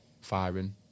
firing